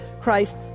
Christ